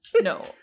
No